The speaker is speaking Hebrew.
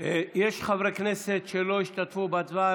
חברי כנסת שלא השתתפו בהצבעה,